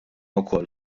wkoll